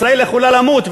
ישראל יכולה למות,